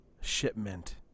shipment